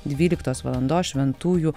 dvyliktos valandos šventųjų